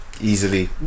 easily